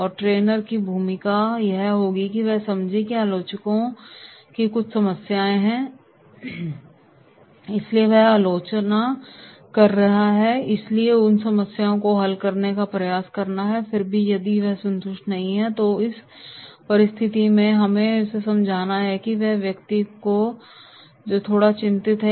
और एक ट्रेनर की भूमिका यह होगी कि यह समझें की आलोचकों कि कुछ समस्याएँ हैं इसलिए वह आलोचना कर रहा है इसलिए हमें उन समस्याओं को हल करने का प्रयास करना है और फिर भी यदि वह संतुष्ट नहीं है तो उस स्थिति में हमें यह समझना होगा कि यह है वह व्यक्ति जो थोड़ा चिंतित है